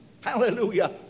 Hallelujah